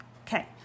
Okay